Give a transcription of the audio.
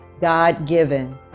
God-given